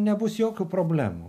nebus jokių problemų